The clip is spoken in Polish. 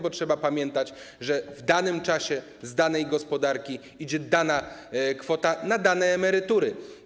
Bo trzeba pamiętać, że w danym czasie z danej gospodarki idzie dana kwota na dane emerytury.